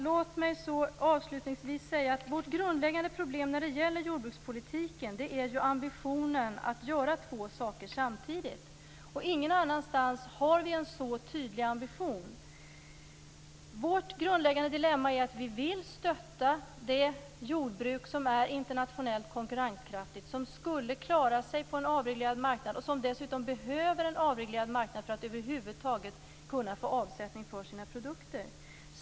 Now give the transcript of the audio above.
Låt mig avslutningsvis få säga att vårt grundläggande problem när det gäller jordbrukspolitiken är ambitionen att göra två saker samtidigt. Ingen annanstans har vi en så tydlig ambition. Vårt grundläggande dilemma är att vi vill stötta det jordbruk som är internationellt konkurrenskraftigt, som skulle klara sig på en avreglerad marknad och som dessutom behöver en avreglerad marknad för att över huvud taget kunna få avsättning för sina produkter.